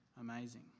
amazing